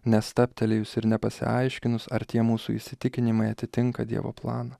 nestabtelėjus ir nepasiaiškinus ar tie mūsų įsitikinimai atitinka dievo planą